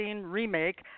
remake